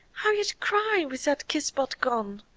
how you'd cry with that kiss-spot gone,